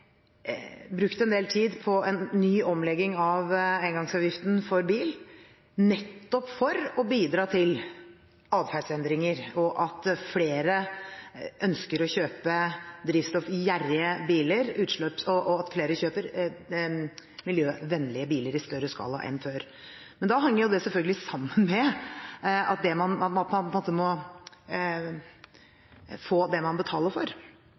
en del tid på en ny omlegging av engangsavgiften for bil nettopp for å bidra til adferdsendringer og at flere ønsker å kjøpe drivstoffgjerrige og miljøvennlige biler i større skala enn før. Det henger selvfølgelig sammen med at man på en måte må få det man betaler for,